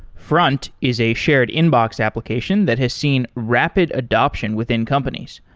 front is a shared inbox application that has seen rapid adoption within companies.